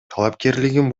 талапкерлигин